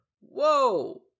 Whoa